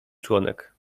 członek